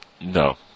no